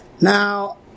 Now